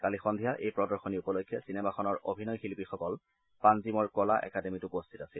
কালি সন্ধিয়া এই প্ৰদশনী উপলক্ষে চিনেমাখনৰ অভিনয় শিল্পীসকল পাঞ্জিমৰ কলা একাডেমীত উপস্থিত আছিল